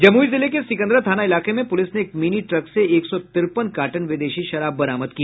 जमुई जिले के सिकंदरा थाना इलाके में पुलिस ने एक मिनी ट्रक से एक सौ तिरपन कार्टन विदेशी शराब बरामद की